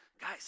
guys